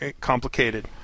complicated